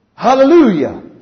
Hallelujah